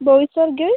B or girls